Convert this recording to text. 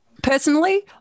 Personally